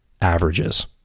averages